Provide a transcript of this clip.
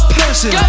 person